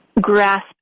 grasp